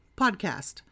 podcast